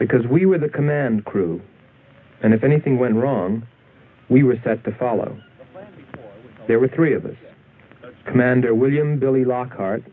because we were the command crew and if anything went wrong we were set to follow there were three of us commander william billy lockhart